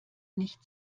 nicht